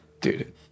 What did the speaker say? Dude